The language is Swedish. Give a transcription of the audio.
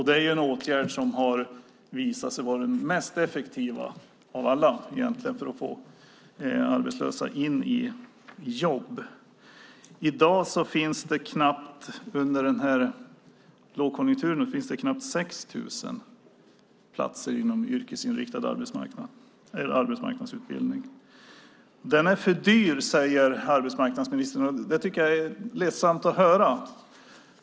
Det är en åtgärd som har visat sig vara den mest effektiva av alla för att få arbetslösa in i jobb. I dag, under lågkonjunkturen, finns det knappt 6 000 platser inom yrkesinriktad arbetsmarknadsutbildning. Den är för dyr, säger arbetsmarknadsministern, och det tycker jag är ledsamt att höra.